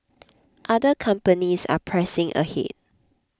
other companies are pressing ahead